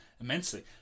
immensely